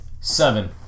seven